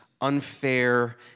unfair